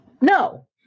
No